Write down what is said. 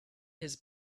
his